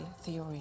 theory